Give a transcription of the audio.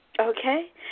Okay